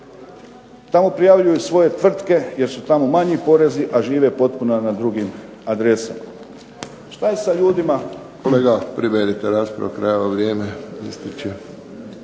Tamo prijavljuju svoje tvrtke jer su tamo manji porezi, a žive potpuno na drugim adresama. Šta je sa ljudima